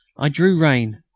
i drew rein.